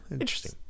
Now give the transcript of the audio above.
Interesting